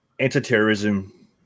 anti-terrorism